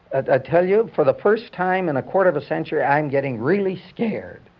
ah tell you, for the first time in a quarter of a century i'm getting really scared.